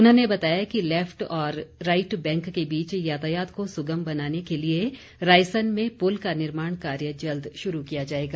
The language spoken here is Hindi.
उन्होंने बताया कि लैफ्ट और राईट बैंक के बीच यातायात को सुगम बनाने के लिए रायसन में पुल का निर्माण कार्य जल्द शुरू किया जाएगा